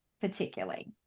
particularly